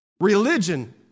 religion